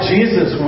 Jesus